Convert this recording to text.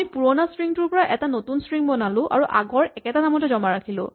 আমি পুৰণা ষ্ট্ৰিং টোৰ পৰা এটা নতুন ষ্ট্ৰিং বনালো আৰু আগৰ একেটা নামতে জমা ৰাখিলো